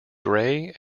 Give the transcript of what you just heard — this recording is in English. gray